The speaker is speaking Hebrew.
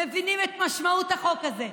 מבינים את משמעות החוק הזה.